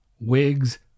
wigs